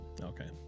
Okay